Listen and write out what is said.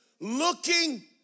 Looking